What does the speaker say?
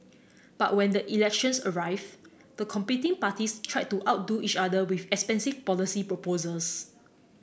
but when the elections arrived the competing parties tried to outdo each other with expensive policy proposals